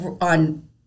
On